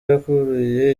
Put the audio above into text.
yakuruye